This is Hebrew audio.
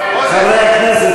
חברי הכנסת,